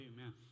Amen